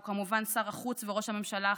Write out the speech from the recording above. וכמובן שר החץ וראש הממשלה החלופי,